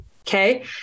Okay